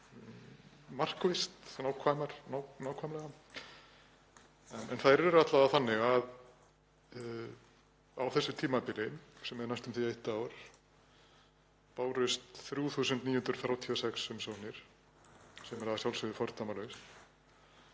markvisst, nákvæmlega. Þær eru alla vega þannig að á þessu tímabili, sem er næstum því eitt ár, bárust 3.936 umsóknir sem er að sjálfsögðu fordæmalaust.